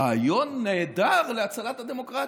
רעיון נהדר להצלת הדמוקרטיה.